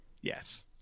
Yes